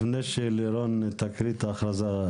לפני שלירון תקריא את האכרזה,